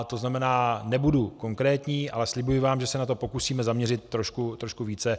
To znamená, nebudu konkrétní, ale slibuji vám, že se na to pokusíme zaměřit trošku více.